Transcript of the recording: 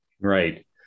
right